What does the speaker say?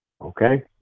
okay